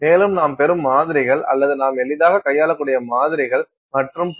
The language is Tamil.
மேலும் நாம் பெறும் மாதிரிகள் அல்லது நாம் எளிதாகக் கையாளக்கூடிய மாதிரிகள் மற்றும் பல